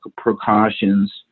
precautions